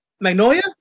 Magnolia